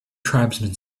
tribesman